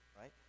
Right